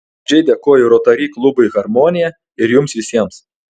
nuoširdžiai dėkoju rotary klubui harmonija ir jums visiems